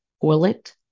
toilet